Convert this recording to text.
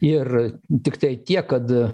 ir tiktai tiek kad